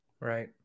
right